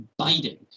Biden